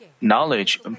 knowledge